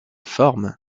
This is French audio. formes